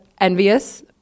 envious